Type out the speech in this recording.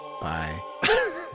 Bye